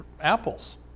apples